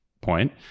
point